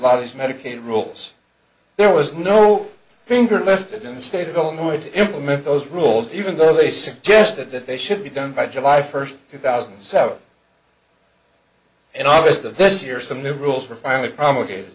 bodies medicaid rules there was no finger lifted in the state of illinois to implement those rules even though they suggested that they should be done by july first two thousand and seven and august of this year some new rules were finally promulgated